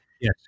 yes